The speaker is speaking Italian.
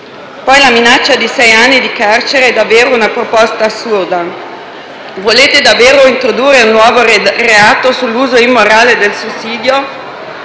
Poi la minaccia di sei anni di carcere è davvero una proposta assurda. Volete davvero introdurre un nuovo reato sull'uso immorale del sussidio?